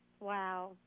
Wow